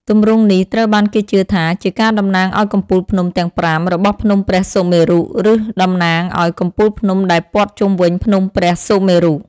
ទម្រង់នេះត្រូវបានគេជឿថាជាការតំណាងឱ្យកំពូលភ្នំទាំងប្រាំរបស់ភ្នំព្រះសុមេរុ ឬតំណាងឱ្យកំពូលភ្នំដែលព័ទ្ធជុំវិញភ្នំព្រះសុមេរុ។